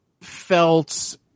felt